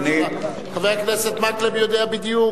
חבר הכנסת מקלב יודע בדיוק.